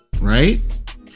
right